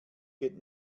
geht